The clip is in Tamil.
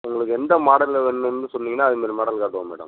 உங்களுக்கு எந்த மாடல்ல வேணும்னு சொன்னீங்கன்னால் அதுமாரி மாடல் காட்டுவோம் மேடம்